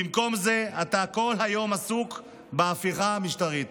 במקום זה אתה כל היום עסוק בהפיכה המשטרית,